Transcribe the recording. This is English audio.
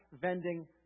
vending